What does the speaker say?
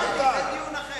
אמרתי, זה דיון אחר.